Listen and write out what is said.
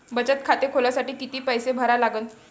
बचत खाते खोलासाठी किती पैसे भरा लागन?